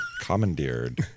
commandeered